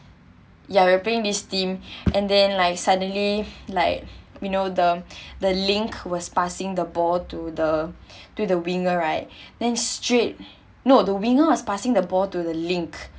ya we're playing this team and then like suddenly like you know the the link was passing the ball to the to the winger right then straight no the winger was passing the ball to the link